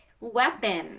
weapon